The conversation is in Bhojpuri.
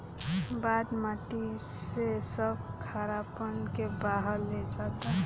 बाढ़ माटी से सब खारापन के बहा ले जाता